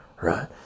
Right